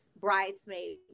bridesmaid